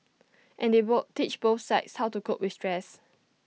and they both teach both sides how to cope with stress